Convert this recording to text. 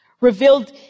revealed